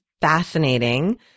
fascinating